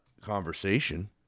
conversation